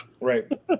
Right